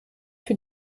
für